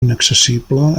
inaccessible